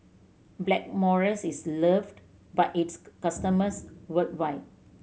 Blackmores is loved by its customers worldwide